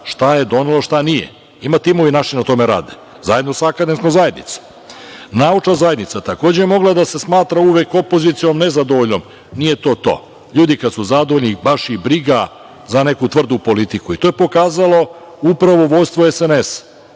šta je donelo a šta nije. Ima timovi koji na tome rade, zajedno sa akademskom zajednicom. Naučna zajednica je takođe mogla da se smatra uvek opozicionom, nezadovoljnom. Nije to to. Ljudi kad su zadovoljni, baš ih briga za neku tvrdu politiku. I to je pokazalo upravo vođstvo SNS.